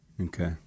Okay